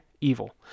evil